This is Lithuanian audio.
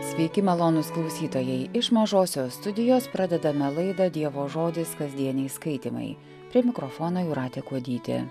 sveiki malonūs klausytojai iš mažosios studijos pradedame laidą dievo žodis kasdieniai skaitymai prie mikrofono jūratė kuodytė